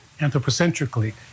anthropocentrically